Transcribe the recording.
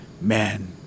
man